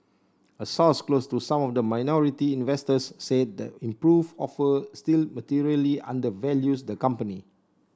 a source close to some of the minority investors said the improved offer still materially undervalues the company